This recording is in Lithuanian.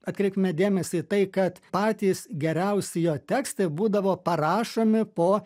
atkreipkime dėmesį į tai kad patys geriausi jo tekstai būdavo parašomi po